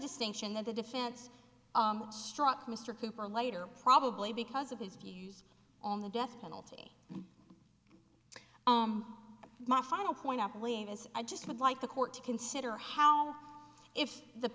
distinction that the defense struck mr cooper later probably because of his views on the death penalty and my final point up leave as i just would like the court to consider how if the